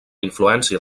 influència